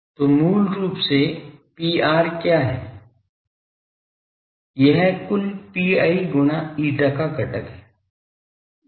तो मूल रूप से Pr क्या है यह कुछ Pi गुणा eta का घटक है